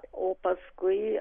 o paskui